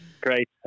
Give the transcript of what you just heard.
great